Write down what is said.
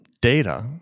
data